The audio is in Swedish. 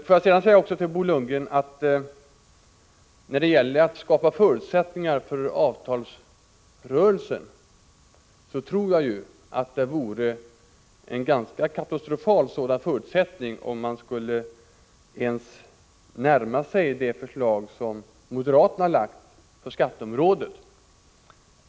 Får jag sedan säga till Bo Lundgren att när det gäller att skapa förutsättningar för avtalsrörelsen tror jag att det vore en ganska katastrofal sådan förutsättning om man skulle ens närma sig det förslag som moderaterna har lagt fram på skatteområdet.